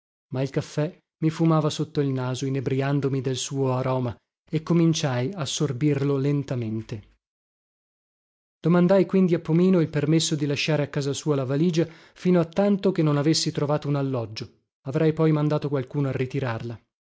ma il caffè mi fumava sotto il naso inebriandomi del suo aroma e cominciai a sorbirlo lentamente domandai quindi a pomino il permesso di lasciare a casa sua la valigia fino a tanto che non avessi trovato un alloggio avrei poi mandato qualcuno a ritirarla